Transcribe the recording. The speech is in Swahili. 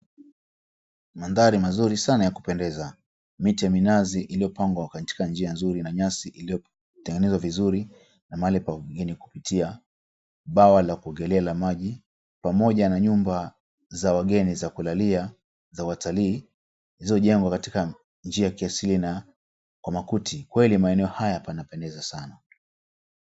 Mandhari mazuri saana ya kupendeza. Miti ya minazi iliyopangwa katika njia nzuri na nyasi iliyotengenezwa vizuri na mahali pa wageni kupitia. Bwawa la kuogelea la maji pamoja na nyumba za wageni za kulalia za watalii zilizojengwa katika njia ya kiasili na kwa makuti kweli maeneo haya panapendeza saana.